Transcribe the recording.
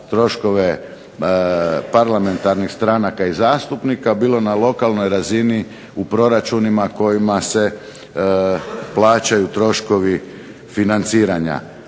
troškove parlamentarnih stranaka i zastupnika, bilo na lokalnoj razini u proračunima u kojima se plaćaju troškovi financiranja.